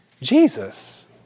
Jesus